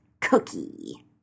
cookie